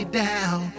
down